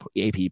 AP